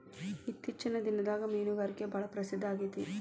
ಇತ್ತೇಚಿನ ದಿನದಾಗ ಮೇನುಗಾರಿಕೆ ಭಾಳ ಪ್ರಸಿದ್ದ ಆಗೇತಿ